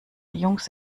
jungs